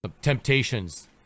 temptations